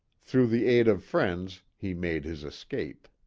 through the aid of friends he made his escape.